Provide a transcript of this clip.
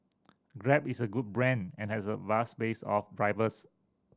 grab is a good brand and has a vast base of drivers